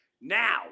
Now